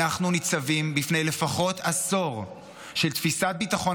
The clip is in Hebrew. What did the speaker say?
אנחנו ניצבים בפני לפחות עשור של תפיסת ביטחון